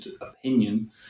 opinion